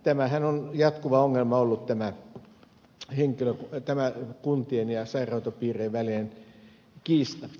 tämähän on ollut jatkuva ongelma tämä kuntien ja sairaanhoitopiirien välinen kiista